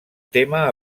tema